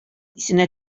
исенә